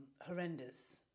horrendous